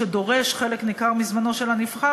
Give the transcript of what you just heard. שדורש חלק ניכר מזמנו של הנבחר,